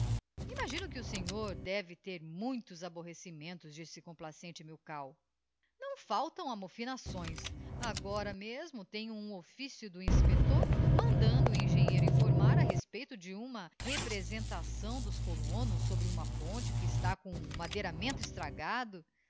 imagino que o senhor deve ter muitos aborrecimentos disse complacente milkau não faltam amofinações agora mesmo tenho um officio do inspector mandando o engenheiro informar a respeito de uma representação dos colonos sobre uma ponte que está com o madeiramento estragado